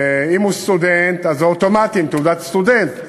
אם הוא סטודנט, זה אוטומטי, עם תעודת סטודנט.